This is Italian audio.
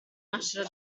nascere